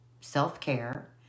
self-care